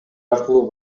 аркылуу